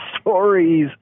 stories